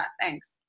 thanks